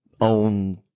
own